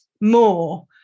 more